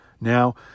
Now